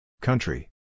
Country